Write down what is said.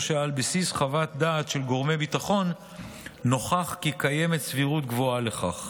או שעל בסיס חוות דעת של גורמי ביטחון נוכח כי קיימת סבירות גבוהה לכך.